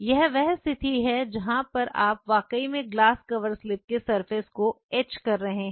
यह वह स्थिति है जहां पर आप वाकई में ग्लास कवर स्लिप के सरफेस क्यों एच कर रहे हैं